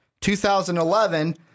2011